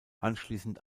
anschließend